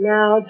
Now